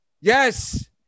yes